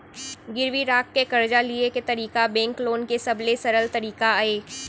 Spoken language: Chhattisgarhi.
गिरवी राख के करजा लिये के तरीका बेंक लोन के सबले सरल तरीका अय